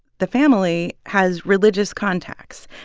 the family has religious contacts,